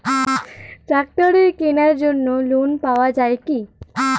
ট্রাক্টরের কেনার জন্য লোন পাওয়া যায় কি?